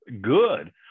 good